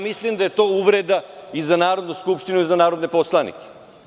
Mislim da je to uvreda i za Narodnu skupštinu i za narodne poslanike.